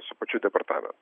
su pačiu departamentu